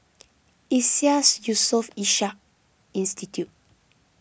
Iseas Yusof Ishak Institute